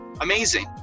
amazing